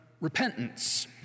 repentance